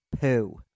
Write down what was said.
poo